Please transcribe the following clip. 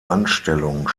anstellung